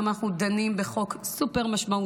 היום אנחנו דנים בחוק סופר-משמעותי,